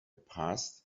past